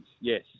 Yes